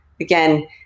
again